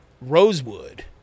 Rosewood